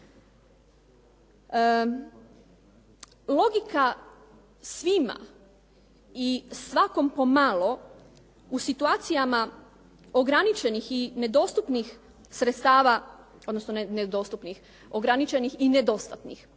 Logika svima i svakom po malo u situacijama ograničenih i nedostupnih sredstava, odnosno ne dostupnih, ograničenih i nedostatnih